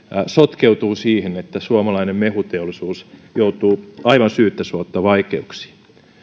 sotkeutuu siihen että suomalainen mehuteollisuus joutuu aivan syyttä suotta vaikeuksiin